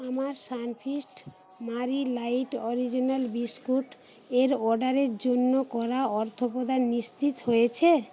আমার Sunfeast Marie light original biscuit এর অর্ডারের জন্য করা অর্থপ্রদান নিশ্চিত হয়েছে